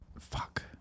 Fuck